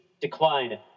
decline